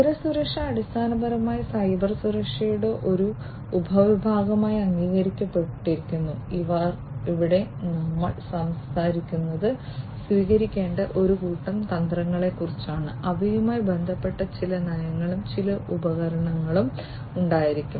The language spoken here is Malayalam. വിവര സുരക്ഷ അടിസ്ഥാനപരമായി സൈബർ സുരക്ഷയുടെ ഒരു ഉപവിഭാഗമായി അംഗീകരിക്കപ്പെട്ടിരിക്കുന്നു ഇവിടെ നമ്മൾ സംസാരിക്കുന്നത് സ്വീകരിക്കേണ്ട ഒരു കൂട്ടം തന്ത്രങ്ങളെക്കുറിച്ചാണ് അവയുമായി ബന്ധപ്പെട്ട ചില നയങ്ങളും ചില ഉപകരണങ്ങളും ഉണ്ടായിരിക്കും